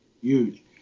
huge